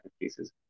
cases